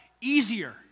easier